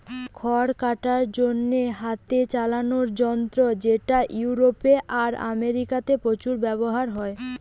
খড় কাটার জন্যে হাতে চালানা যন্ত্র যেটা ইউরোপে আর আমেরিকাতে প্রচুর ব্যাভার হয়